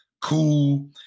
cool